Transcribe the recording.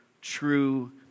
true